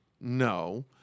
No